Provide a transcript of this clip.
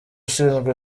ushinzwe